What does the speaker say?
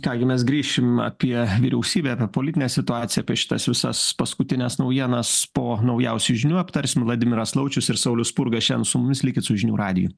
ką gi mes grįšim apie vyriausybę apie politinę situaciją apie šitas visas paskutines naujienas po naujausių žinių aptarsim vladimiras laučius ir saulius spurga šiandien su mumis likit su žinių radiju